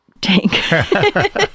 Tank